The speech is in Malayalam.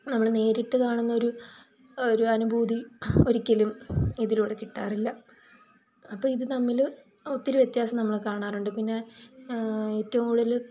നമ്മള് നേരിട്ട് കാണുന്ന ഒരു ഒരു അനുഭൂതി ഒരിക്കലും ഇതിലൂടെ കിട്ടാറില്ല അപ്പോൾ ഇത് തമ്മില് ഒത്തിരി വ്യത്യാസം നമ്മള് കാണാറുണ്ട് പിന്നെ ഏറ്റവും കൂടുതല്